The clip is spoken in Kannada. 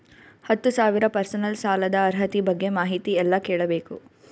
ಹತ್ತು ಸಾವಿರ ಪರ್ಸನಲ್ ಸಾಲದ ಅರ್ಹತಿ ಬಗ್ಗೆ ಮಾಹಿತಿ ಎಲ್ಲ ಕೇಳಬೇಕು?